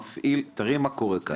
תראה מה קורה כאן,